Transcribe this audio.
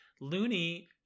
Looney